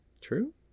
True